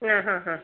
ಹಾಂ ಹಾಂ ಹಾಂ